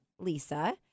Lisa